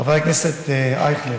חבר הכנסת אייכלר,